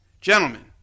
Gentlemen